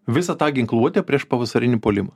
visą tą ginkluotę prieš pavasarinį puolimą